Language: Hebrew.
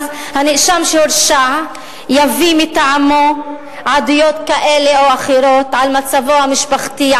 הנאשם שהורשע יביא מטעמו עדויות כאלה או אחרות על מצבו המשפחתי,